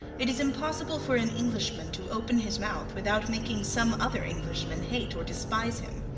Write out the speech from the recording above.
it is impossible for an englishman to open his mouth without making some other englishman hate or despise him.